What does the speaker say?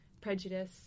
prejudice